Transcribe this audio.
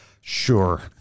Sure